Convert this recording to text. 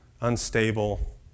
unstable